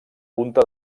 punta